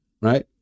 right